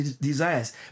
desires